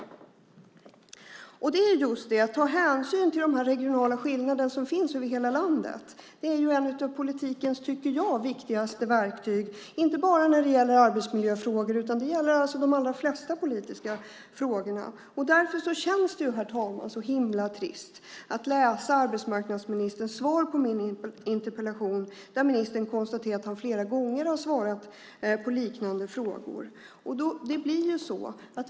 Ett av politikens viktigaste verktyg är att ta hänsyn till de regionala skillnader som finns i hela landet. Det gäller inte bara i arbetsmiljöfrågor utan i de allra flesta politiska frågor. Herr talman! Det känns så himla trist att höra arbetsmarknadsministerns svar på min interpellation där ministern konstaterar att han flera gånger har svarat på liknande frågor.